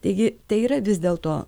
taigi tai yra vis dėlto